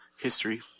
History